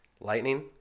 Lightning